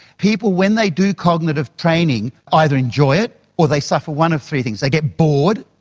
people when they do cognitive training either enjoy it or they suffer one of three things they get bored,